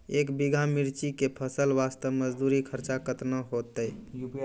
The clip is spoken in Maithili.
एक बीघा मिर्ची के फसल वास्ते मजदूरी खर्चा केतना होइते?